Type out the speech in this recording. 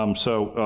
um so,